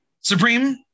Supreme